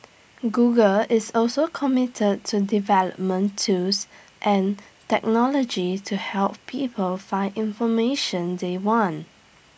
Google is also committed to development tools and technology to help people find information they want